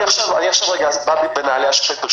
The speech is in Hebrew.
אני עכשיו בא בנעלי השופט.